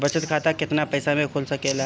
बचत खाता केतना पइसा मे खुल सकेला?